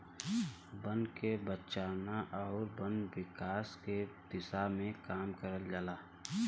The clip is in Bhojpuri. बन के बचाना आउर वन विकास के दिशा में काम करल जाला